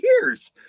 years